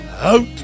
out